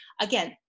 again